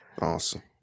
awesome